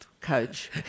coach